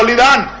and da